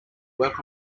work